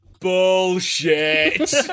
bullshit